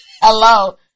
Hello